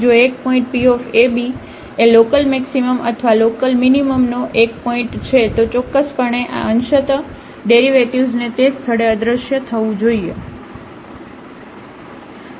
તેથી જો એક પોઇન્ટ P a b એ લોકલમેક્સિમમ અથવા લોકલમીનીમમનો એક પોઇન્ટ છે તો ચોક્કસપણે આ અંશત ડેરિવેટિવ્ઝને તે સ્થળે અદૃશ્ય થવું જોઈએ